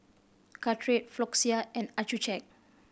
Caltrate Floxia and Accucheck